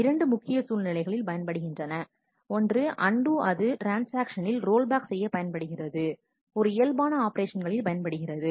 இரண்டு முக்கிய சூழ்நிலைகளில் பயன்படுகின்றன 1அண்டு அது ட்ரான்ஸ்ஆக்ஷனில் ரோல்பேக் செய்ய பயன்படுகிறது ஒரு இயல்பான ஆபரேஷன்கள்களில் பயன்படுகிறது